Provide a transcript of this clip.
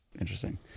Interesting